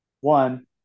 one